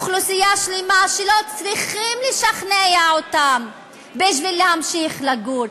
אוכלוסייה שלמה שלא צריכים לשכנע אותה להמשיך לגור.